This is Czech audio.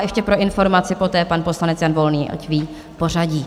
Ještě pro informaci, poté pan poslanec Jan Volný, ať ví pořadí.